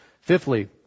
Fifthly